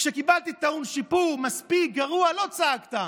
כשקיבלתי טעון שיפור, מספיק, גרוע, לא צעקת.